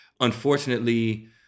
Unfortunately